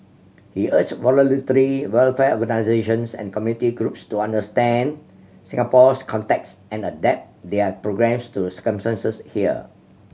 he urged voluntary welfare organisations and community groups to understand Singapore's context and adapt their programmes to circumstances here